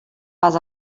pas